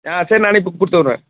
ஆ சரி நான் அனுப்பி கொடுத்துட்றேன்